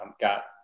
got